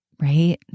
right